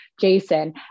Jason